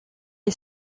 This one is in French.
les